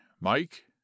Mike